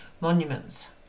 monuments